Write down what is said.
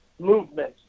movement